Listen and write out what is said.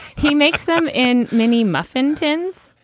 he makes them in mini muffin tins.